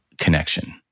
connection